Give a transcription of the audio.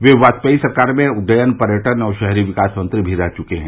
वे वाजपेयी सरकार में उड्डयन पर्यटन और शहरी विकास मंत्री मी रह चुके हैं